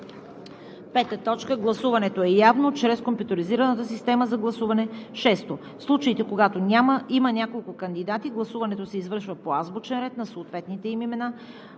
събрание. 5. Гласуването е явно чрез компютъризираната система за гласуване. 6. В случаите, когато има няколко кандидати, гласуването се извършва по азбучен ред на съответните им имена,